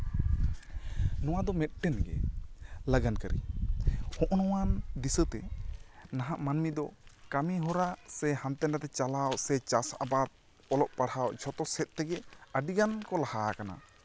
ᱱᱚᱣᱟ ᱫᱚ ᱢᱤᱫᱴᱮᱱᱜᱮ ᱞᱟᱜᱟᱱ ᱠᱟᱨᱤ ᱱᱚᱜᱼᱚ ᱱᱚᱣᱟ ᱫᱤᱥᱟᱹᱛᱮ ᱱᱟᱦᱟᱜ ᱢᱟᱱᱢᱤ ᱫᱚ ᱠᱟᱢᱤ ᱦᱚᱨᱟ ᱥᱮ ᱦᱟᱱᱛᱮ ᱱᱟᱛᱮ ᱪᱟᱞᱟᱣ ᱥᱮ ᱪᱟᱥ ᱟᱵᱟᱫ ᱚᱞᱚᱜ ᱯᱟᱲᱦᱟᱣ ᱡᱷᱚᱛᱚ ᱥᱮᱫ ᱛᱮᱜᱮ ᱟᱹᱰᱤᱜᱟᱱ ᱠᱚ ᱞᱟᱦᱟ ᱟᱠᱟᱱᱟ